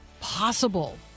possible